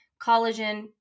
collagen